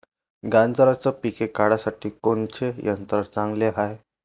गांजराचं पिके काढासाठी कोनचे यंत्र चांगले हाय?